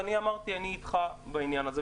אני אמרתי שאני איתך בעניין הזה.